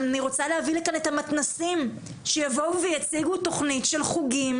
אני רוצה להביא לכן את המתנ"סים שיבואו ויציגו תוכנית של חוגים,